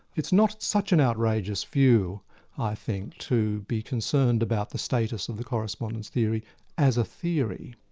it's not such an outrageous view i think, to be concerned about the status of the correspondence theory as a theory.